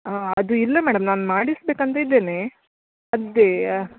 ಹಾಂ ಅದು ಇಲ್ಲ ಮೇಡಮ್ ನಾನು ಮಾಡಿಸಬೇಕಂತ ಇದ್ದೇನೆ ಅದಕ್ಕೇಯ